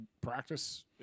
practice